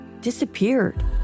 disappeared